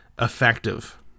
effective